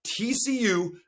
TCU